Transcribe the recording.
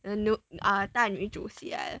and uh 大女主戏来的